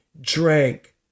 drank